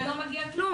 ולא מגיע כלום.